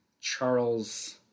Charles